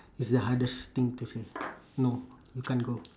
is the hardest thing to say no you can't go